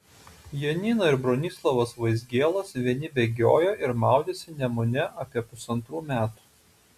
janina ir bronislovas vaizgielos vieni bėgiojo ir maudėsi nemune apie pusantrų metų